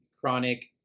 chronic